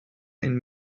and